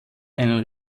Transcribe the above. einen